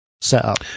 setup